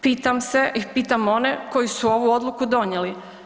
Pitam se i pitam one koji su ovu odluku donijeli.